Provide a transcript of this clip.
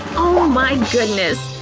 oh my goodness!